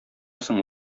соң